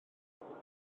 efallai